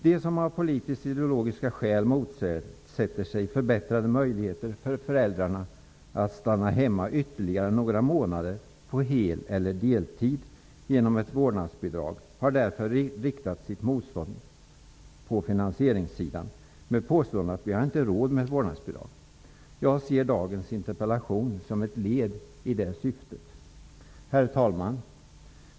De som har politiska och ideologiska skäl motsätter sig förbättrade möjligheter för föräldrarna att stanna hemma ytterligare några månader på heleller deltid genom ett vårdnadsbidrag har därför riktat in sitt motstånd på finansieringssidan med påståendet att vi har inte råd med ett vårdnadsbidrag. Jag ser dagens interpellation som ett led i det syftet. Herr talman!